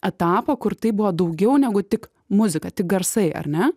etapo kur tai buvo daugiau negu tik muzika tik garsai ar ne